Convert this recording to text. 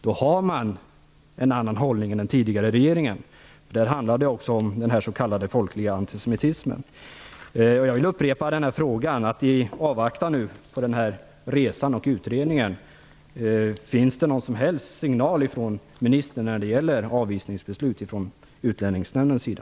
Då har man en annan hållning än den tidigare regeringen. Det handlar också om den s.k. folkliga antisemitismen. Jag vill upprepa min fråga: Kan ministern, i avvaktan på resan och utredningen, ge någon som helst signal när det gäller avvisningsbeslut från Utlänningsnämndens sida?